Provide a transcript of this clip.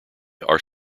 are